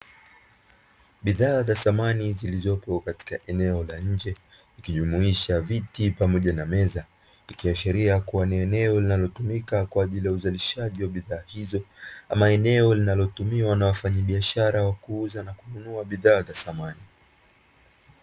Bidhaa za samani zilizopo katika eneo la nje, ikijumuisha viti pamoja na meza; ikiashiria kuwa ni eneo linalotumika kwa ajili ya uzalishaji wa bidhaa hizo ama eneo linalotumiwa na wafanyabiashara wa kuuza na kununua bidhaa za samani.